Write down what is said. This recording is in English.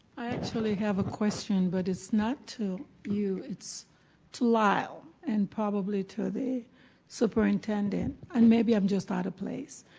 i actually have a question but it's not to you it's to lyle and probably to the superintendent and maybe i'm just out of place.